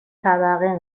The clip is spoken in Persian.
طبقه